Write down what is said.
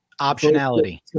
Optionality